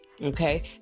Okay